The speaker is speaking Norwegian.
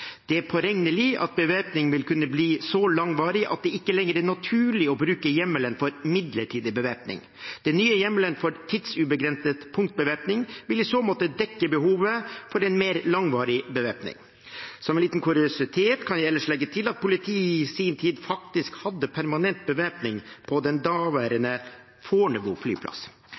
Det er påregnelig at bevæpningen vil kunne bli så langvarig at det ikke lenger er naturlig å bruke hjemmelen for midlertidig bevæpning. Den nye hjemmelen for tidsubegrenset punktbevæpning vil i så måte dekke behovet for en mer langvarig bevæpning. Som en liten kuriositet kan jeg legge til at politiet i sin tid faktisk hadde permanent bevæpning på daværende Fornebu flyplass.